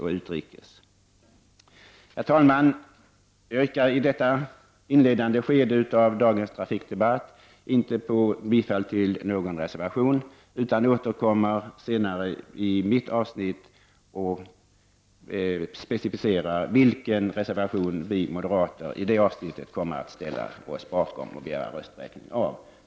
Jag yrkar inte bifall till någon reservation i detta inledande skede av dagens trafikdebatt. I stället återkommer jag senare i mitt avsnitt och specificerar vilken reservation vi moderater kommer att ställa oss bakom och begära rösträkning för.